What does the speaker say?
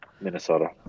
Minnesota